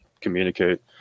communicate